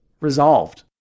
Resolved